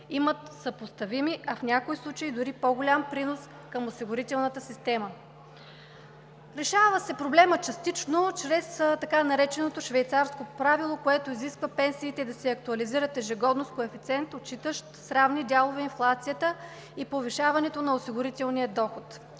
имат съпоставими, а в някои случаи дори по-голям принос към осигурителната система. Решава се проблемът частично, чрез така нареченото „швейцарско правило“, което изисква пенсиите да се актуализират ежегодно в коефициент, отчитащ с равни дялове инфлацията и повишаването на осигурителния доход.